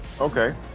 Okay